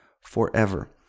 forever